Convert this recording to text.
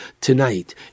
tonight